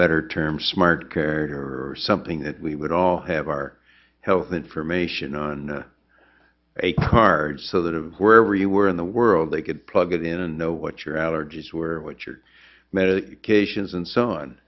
better term smart character or something that we would all have our health information on a card so that of wherever you were in the world they could plug it in know what your allergies were what your medications and so